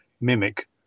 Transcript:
mimic